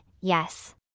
yes